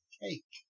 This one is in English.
cake